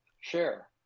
share